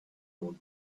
old